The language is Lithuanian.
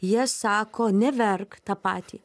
jie sako neverk tą patį